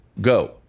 go